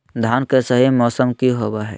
धान के सही मौसम की होवय हैय?